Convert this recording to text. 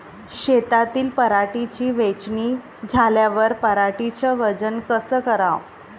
शेतातील पराटीची वेचनी झाल्यावर पराटीचं वजन कस कराव?